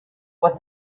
what